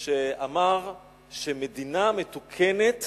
שאמר שמדינה מתוקנת